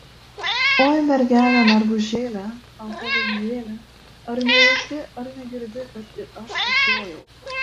oi mergele mergužėle balta lelijėle ar nejauti ar negirdi kad ir aš atjojau